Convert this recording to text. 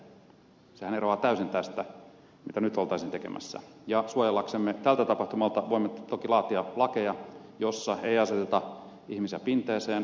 sehän eroaa täysin tästä mitä nyt oltaisiin tekemässä ja suojellaksemme tältä tapahtumalta voimme toki laatia lakeja joissa ei aseteta ihmisiä pinteeseen